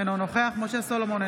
אינו נוכח משה סולומון,